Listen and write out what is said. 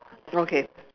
okay